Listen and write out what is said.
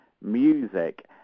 music